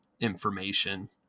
information